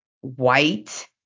white